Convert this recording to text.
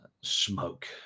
smoke